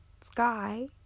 sky